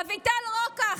אביטל רוקח,